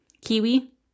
Kiwi